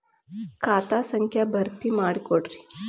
ಖಾತಾ ಸಂಖ್ಯಾ ಭರ್ತಿ ಮಾಡಿಕೊಡ್ರಿ